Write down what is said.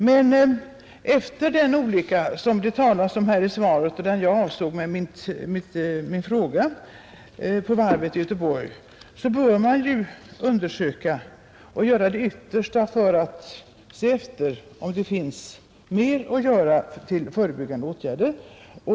Men efter den olycka vid varvet i Göteborg som det talas om i svaret och som jag avsåg i min fråga bör man göra det yttersta för att undersöka om det finns bättre former av förebyggande åtgärder.